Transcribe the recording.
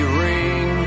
ring